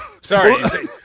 Sorry